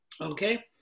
Okay